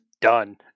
done